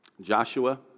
Joshua